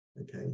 Okay